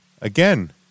again